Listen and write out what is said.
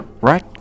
Right